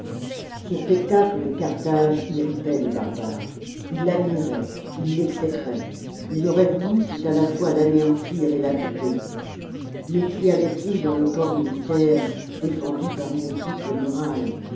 ce spectacle de carthage irritait les barbares ils l'admiraient ils l'exécraient ils auraient voulu tout à la fois l'anéantir et l'habiter mais qu'y avait-il dans le port militaire défendu par une triple muraille